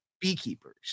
beekeepers